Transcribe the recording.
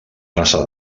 plaça